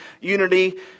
unity